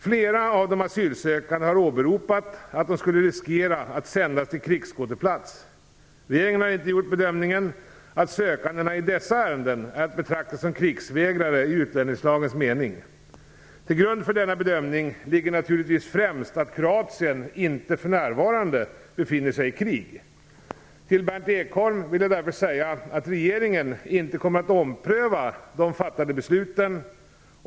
Flera av de asylsökande har åberopat att de skulle riskera att sändas till krigsskådeplats. Regeringen har inte gjort bedömningen att sökandena i dessa ärenden är att betrakta som krigsvägrare i utlänningslagens mening. Till grund för denna bedömning ligger naturligtvis främst att Kroatien inte för närvarande befinner sig i krig. Till Berndt Ekholm vill jag därför säga att regeringen inte kommer att ompröva de fattade besluten.